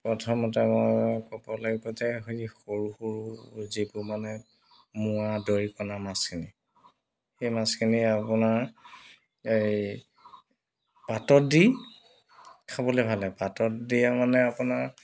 প্ৰথমতে মই ক'ব লাগিব যে এই সৰু সৰু যিটো মানে মোৱা দৰিকণা মাছখিনি সেই মাছখিনি আপোনাৰ এই পাতত দি খাবলৈ ভাল লাগে পাতত দিয়া মানে আপোনাৰ